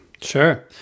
Sure